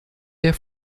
der